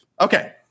Okay